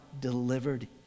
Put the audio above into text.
delivered